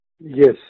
Yes